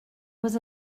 was